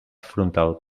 frontal